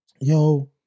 yo